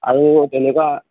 আৰু তেনেকুৱা